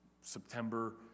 September